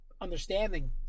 understanding